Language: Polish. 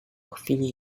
chwili